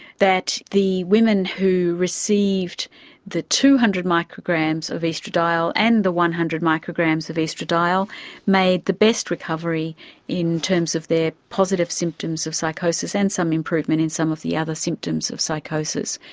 that the women who received the two hundred micrograms of oestradiol and the one hundred micrograms of oestradiol made the best recovery in terms of their positive symptoms of psychosis and some improvement in some of the other symptoms of psychosis.